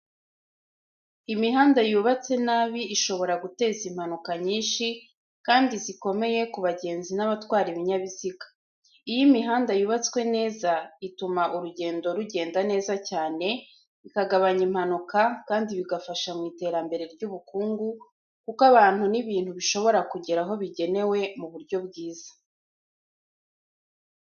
Imihanda yubatse nabi ishobora guteza impanuka nyinshi kandi zikomeye ku bagenzi n'abatwara ibinyabiziga. Iyo imihanda yubatswe neza, ituma urugendo rugenda neza cyane, bikagabanya impanuka, kandi bifasha mu iterambere ry'ubukungu kuko abantu n'ibintu bishobora kugera aho bigenewe mu buryo bwiza.